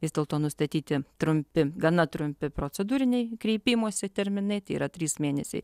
vis dėlto nustatyti trumpi gana trumpi procedūriniai kreipimosi terminai tai yra trys mėnesiai